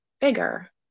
bigger